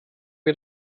wir